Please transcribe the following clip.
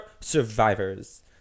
survivors